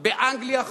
באנגליה,